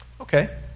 okay